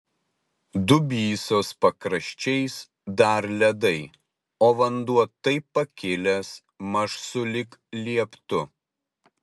dubysos pakraščiais dar ledai o vanduo taip pakilęs maž sulig lieptu